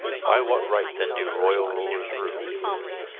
by what right, then, do royal rulers rule?